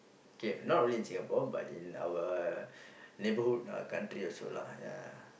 okay not really in Singapore but in our neighbourhood our country also lah ya